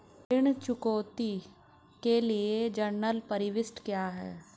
ऋण चुकौती के लिए जनरल प्रविष्टि क्या है?